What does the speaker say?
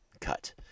Cut